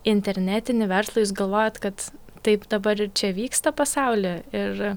internetinį verslą jūs galvojat kad taip dabar ir čia vyksta pasauly ir